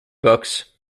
books